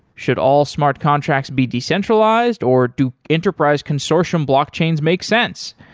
should all smart contracts be decentralized or do enterprise consortium blockchains make sense?